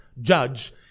judge